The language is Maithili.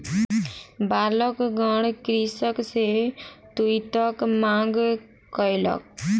बालकगण कृषक सॅ तूईतक मांग कयलक